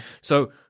So-